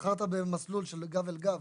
בחרת במסלול של גב אל גב,